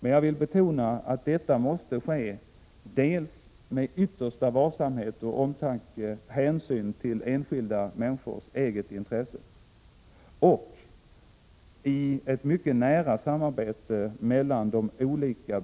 Men jag vill betona att detta måste ske med yttersta varsamhet, omtanke och hänsyn till enskilda människors eget intresse och i ett mycket nära samarbete mellan de olika